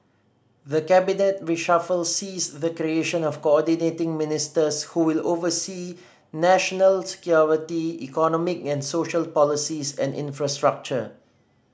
the cabinet reshuffle sees the creation of Coordinating Ministers who will oversee national security economic and social policies and infrastructure